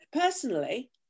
personally